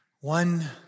One